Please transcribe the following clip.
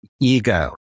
ego